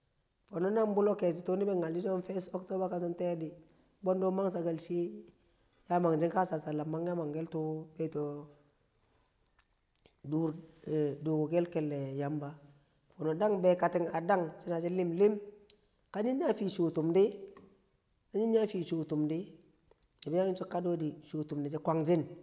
Fo̱no̱ nang bu̱llo̱ a ke̱shi̱ tuu̱ ni̱bi̱ nyal shi̱ so̱ peace cup ka so̱n tee̱ di̱ bwe̱ndʉ nubushe̱ maringke̱l chakkal shiye mangshi nka sassalap mangke̱ make̱l, tuu be̱to̱ du̱r dukku̱ke̱l ke̱lle̱ yamba, fo̱no̱ dang be̱kati̱ng a dang shi̱ne̱ she̱ li̱m li̱m, ka nying nya a fɪi̱ chooke̱l tum di̱ na nying nya a fɪi̱ choo̱ tu̱m di nibi nyan ye̱shi̱ so kadi̱ we̱ di̱ sho̱ tu̱m neshe kwangshi̱n.